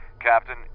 Captain